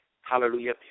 hallelujah